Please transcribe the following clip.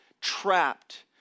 trapped